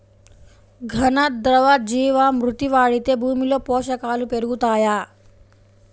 ఘన, ద్రవ జీవా మృతి వాడితే భూమిలో పోషకాలు పెరుగుతాయా?